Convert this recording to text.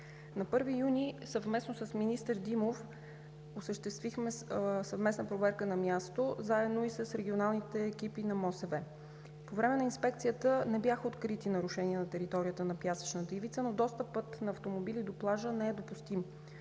На 1 юни, съвместно с министър Димов, осъществихме съвместна проверка на място, заедно с регионалните екипи на МОСВ. По време на инспекцията не бяха открити нарушения на територията на пясъчната ивица, но достъпът на автомобили до плажа не е допустим.